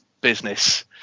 business